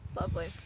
Lovely